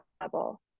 level